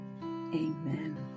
Amen